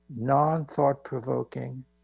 non-thought-provoking